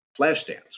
Flashdance